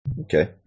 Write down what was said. Okay